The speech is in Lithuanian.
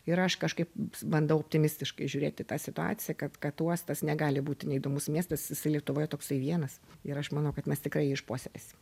ir aš kažkaip bandau optimistiškai žiūrėt į tą situaciją kad kad uostas negali būti neįdomus miestas jisai lietuvoje toksai vienas ir aš manau kad mes tikrai jį išpuoselėsim